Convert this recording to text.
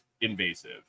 invasive